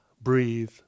breathe